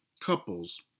couples